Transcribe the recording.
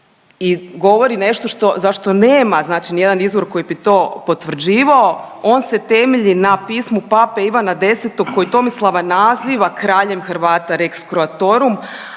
i govori nešto za što nema nijedan izvor koji bi to potvrđivao, on se temelji na pismu Pape Ivana X koji Tomislava naziva kraljem Hrvata Rex Croatorum,